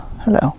Hello